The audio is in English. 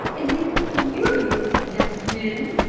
and they were furious that men,